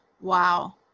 wow